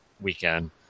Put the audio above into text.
weekend